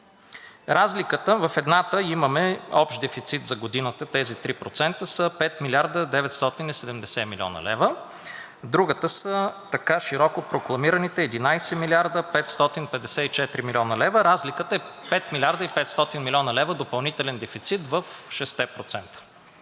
Разликата – в едната имаме общ дефицит за годината, тези 3% са 5 млрд. 970 млн. лв., другата са така широко прокламираните 11 млрд. 554 млн. лв. Разликата е 5 млрд. и 500 млн. лв. допълнителен дефицит в 6-те